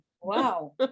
Wow